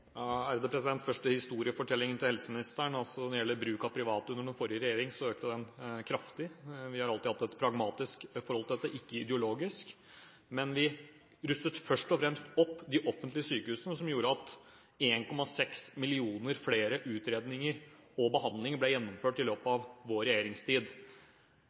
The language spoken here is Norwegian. Først til historiefortellingen til helseministeren. Når det gjelder bruk av private under den forrige regjeringen, så økte den kraftig. Vi har alltid hatt et pragmatisk forhold til dette – ikke et ideologisk. Men vi rustet først og fremst opp de offentlige sykehusene, som gjorde at 1,6 millioner flere utredninger og behandlinger ble gjennomført i løpet av vår regjeringstid.